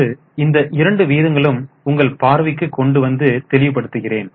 இப்போது இந்த இரண்டு விகிதங்களும் உங்கள் பார்வைக்கு கொண்டு வந்து தெளிவுபடுத்துகிறேன்